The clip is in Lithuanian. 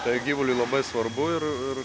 tai gyvuliui labai svarbu ir ir